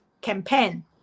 campaign